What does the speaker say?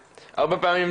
יש עוד הרבה מאוד עבודה.